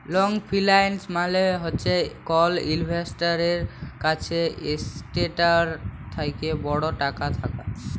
long ফিল্যাল্স মালে হছে কল ইল্ভেস্টারের কাছে এসেটটার থ্যাকে বড় টাকা থ্যাকা